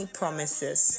promises